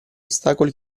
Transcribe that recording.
ostacoli